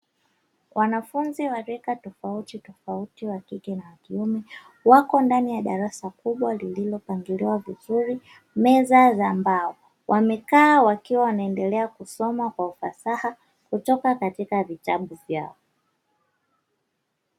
Wanafunzi wa rika tofautitofauti (wa kike na wa kiume) wapo ndani ya darasa kubwa lililopangiliwa vizuri, meza za mbao. Wamekaa wakiwa wanaendelea kusoma kwa ufasaha kutoka katika vitabu vyao.